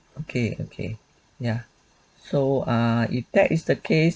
okay okay ya so err if that is the case